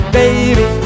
baby